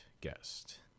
guest